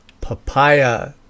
papaya